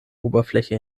oberfläche